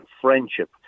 friendship